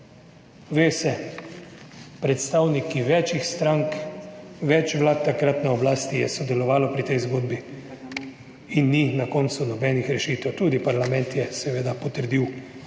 Ve se predstavniki več strank, več vlad takrat na oblasti je sodelovalo pri tej zgodbi in ni na koncu nobenih rešitev, tudi parlament je seveda potrdil